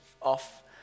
off